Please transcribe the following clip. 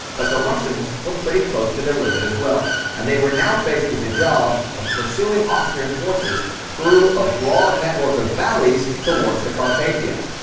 but the russians were pretty close to their limit as well, and they were now faced with the job of pursuing austrian forces through a broad network of valleys toward the carpathians.